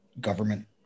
government